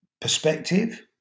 perspective